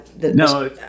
No